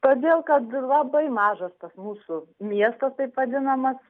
todėl kad labai mažas tas mūsų miestas taip vadinamas